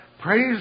Praise